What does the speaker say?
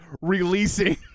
releasing